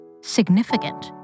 significant